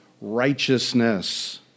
righteousness